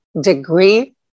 degree